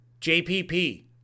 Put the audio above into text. JPP